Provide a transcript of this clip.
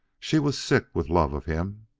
she was sick with love of him,